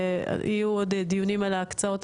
יהיו עוד דיונים על ההקצאות,